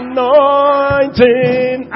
Anointing